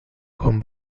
con